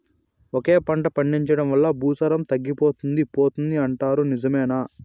ఒకే పంట పండించడం వల్ల భూసారం తగ్గిపోతుంది పోతుంది అంటారు నిజమేనా